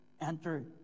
enter